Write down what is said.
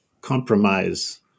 compromise